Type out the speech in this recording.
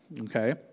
okay